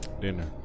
dinner